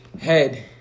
Head